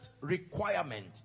requirement